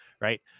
right